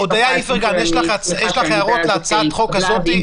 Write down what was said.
אני שמחה שהעמדה הזאת התקבלה,